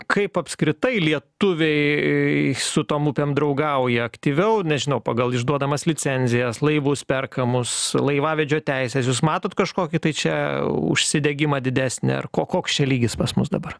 kaip apskritai lietuviai su tom upėm draugauja aktyviau nežinau pagal išduodamas licenzijas laivus perkamus laivavedžio teises jūs matot kažkokį tai čia užsidegimą didesnį ar ko koks čia lygis pas mus dabar